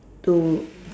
to